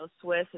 Swiss